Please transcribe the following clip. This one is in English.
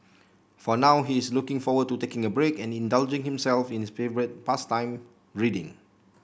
for now he is looking forward to taking a break and indulging himself in his favourite pastime reading